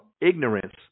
ignorance